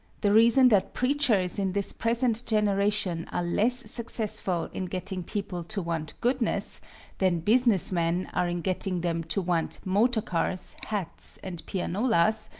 the reason that preachers in this present generation are less successful in getting people to want goodness than business men are in getting them to want motorcars, hats, and pianolas,